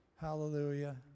Hallelujah